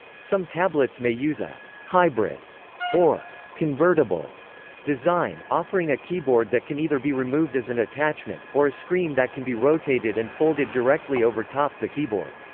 some tablets may use a hybrid or convertible design, offering a keyboard that can either be removed as an attachment, or a screen that can be rotated and folded directly over top the keyboard.